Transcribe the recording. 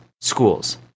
schools